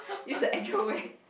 is the actual way